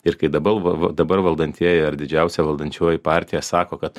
ir kai dabar va va dabar valdantieji ar didžiausia valdančioji partija sako kad